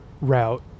route